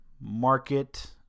market